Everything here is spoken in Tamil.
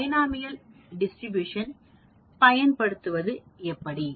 பைனோமியல் டிஸ்ட்ரிபியூஷன் பயன்படுத்துவது எப்படி